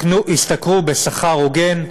ישתכרו שכר הוגן,